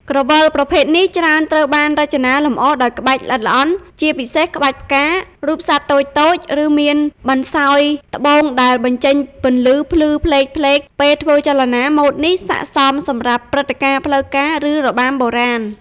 ក្រវិលប្រភេទនេះច្រើនត្រូវបានរចនាលម្អដោយក្បាច់ល្អិតល្អន់ ជាពិសេសក្បាច់ផ្កា រូបសត្វតូចៗ ឬមានបន្សោយត្បូងដែលបញ្ចេញពន្លឺភ្លឺផ្លេកៗពេលធ្វើចលនា ម៉ូដនេះស័ក្តិសមសម្រាប់ព្រឹត្តិការណ៍ផ្លូវការ ឬរបាំបុរាណ។